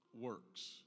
works